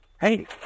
Hey